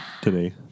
today